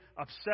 upset